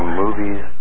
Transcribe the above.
movies